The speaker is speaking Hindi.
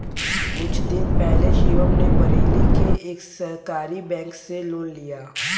कुछ दिन पहले शिवम ने बरेली के एक सहकारी बैंक से लोन लिया